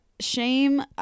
shame